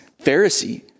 Pharisee